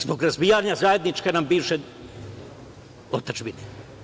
Zbog razbijanja zajedničke nam bivše otadžbine.